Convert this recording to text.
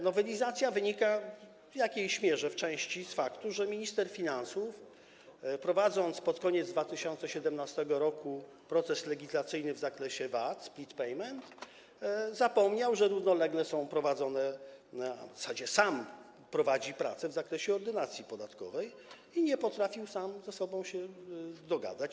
Nowelizacja wynika w jakiejś mierze, w części, z faktu, że minister finansów, prowadząc pod koniec 2017 r. proces legislacyjny w zakresie VAT, split payment, zapomniał, że równolegle są prowadzone, a w zasadzie sam prowadzi, prace w zakresie Ordynacji podatkowej, i nie potrafił sam ze sobą się dogadać.